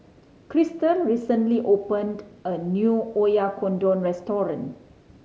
Chrystal recently opened a new Oyakodon Restaurant